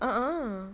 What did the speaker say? a'ah